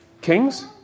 Kings